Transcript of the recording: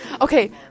Okay